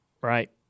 right